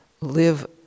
live